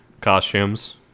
costumes